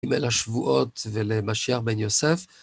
לשבועות ולמשיער בן יוסף.